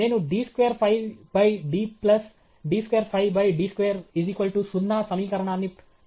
నేను d square 5 d plus d square 5 by d square సున్నా సమీకరణాన్ని పరిష్కరించాలనుకుంటున్నాను